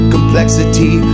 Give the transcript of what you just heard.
Complexity